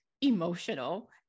emotional